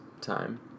time